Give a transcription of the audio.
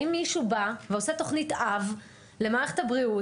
האם מישהו בא ועושה תוכנית אב למערכת הבריאות?